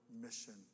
mission